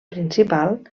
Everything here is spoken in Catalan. principal